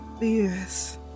Yes